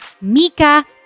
Mika